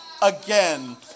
Again